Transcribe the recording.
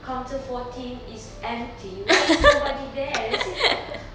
counter fourteen is empty why is nobody there is it